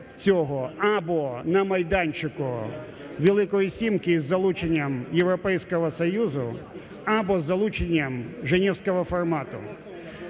або на майданчику Великої сімки із залученням Європейського Союзу, або з залученням женевського формату.